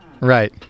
right